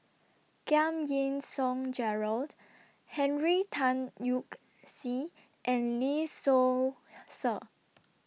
Giam Yean Song Gerald Henry Tan Yoke See and Lee Seow Ser